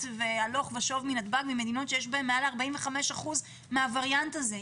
הלוך ושוב מנתב"ג למדינות שיש בהן מעל ל-45% מהווריאנט הזה.